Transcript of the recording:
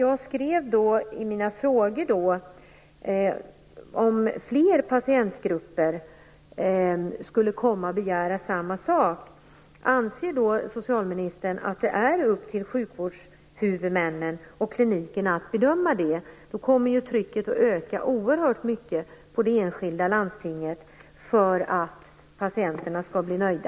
Jag skrev i mina frågor: Om fler patientgrupper skulle komma och begära samma sak, anser då socialministern att det är upp till sjukvårdshuvudmännen och klinikerna att bedöma det? Då kommer ju trycket att öka oerhört mycket på det enskilda landstinget för att patienterna skall bli nöjda.